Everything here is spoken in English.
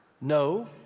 No